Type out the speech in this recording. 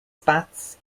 spats